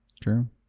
True